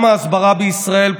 גם ההסברה בישראל,